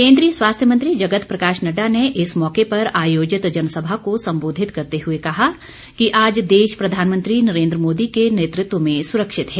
केन्द्रीय स्वास्थ्य मंत्री जगत प्रकाश नड्डा ने इस मौके पर आयोजित जनसभा को सम्बोधित करते हुए कहा कि आज देश प्रधानमंत्री नरेन्द्र मोदी के नेतृत्व में सुरक्षित है